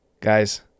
guys